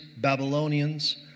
Babylonians